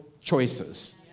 choices